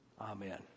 Amen